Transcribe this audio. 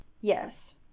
Yes